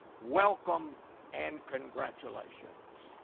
welcome and congratulations.